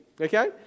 Okay